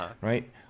right